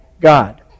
God